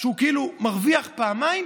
שהוא כאילו מרוויח פעמיים,